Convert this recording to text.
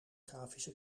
grafische